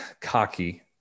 cocky